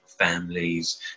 families